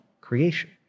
creation